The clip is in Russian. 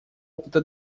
опыта